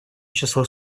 число